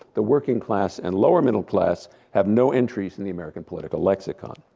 the working class and lower middle class have no entries in the american political lexicon.